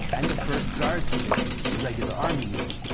and the first guards division, a regular army unit.